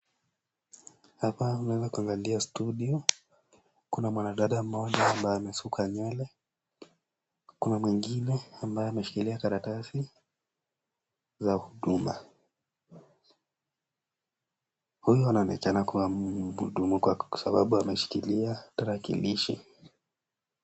Hapa naweza kuangalia studio kuna mwanadada mmoja ambaye amesuka nywele kuna mwingine ambaye ameshikilia karatasi za huduma. Huyu anaonyeshana kuwa mhudumu kwa sababu ameshikilia tarakilishi.